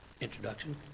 Introduction